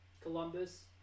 columbus